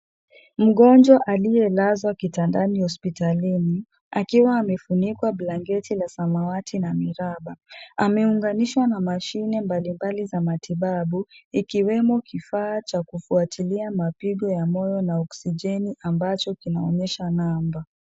Mgonjwa aliyelazwa kitandani hospitalini akiwa amefunikwa blanketi la samawati na miraba. Ameunganishwa na mashine mbalimbali za matibabu ikiwemo kifaa cha kufuatilia mapigo ya moyo na oksijeni ambacho kinachoonyesha namba.